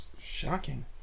shocking